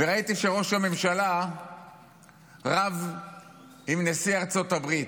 וראיתי שראש הממשלה רב עם נשיא ארצות הברית,